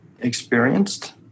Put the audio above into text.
experienced